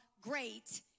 great